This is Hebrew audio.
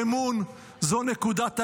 אמון הוא נקודת היסוד.